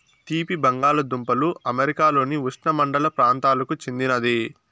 తీపి బంగాలదుంపలు అమెరికాలోని ఉష్ణమండల ప్రాంతాలకు చెందినది